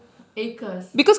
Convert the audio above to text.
ACRES